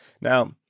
Now